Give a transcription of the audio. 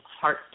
heart